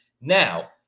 Now